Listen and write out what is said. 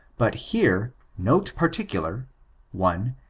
but, here, note particular one.